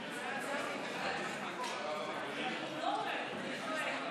ושינוי גנטי בתאי רבייה) (תיקון מס' 4),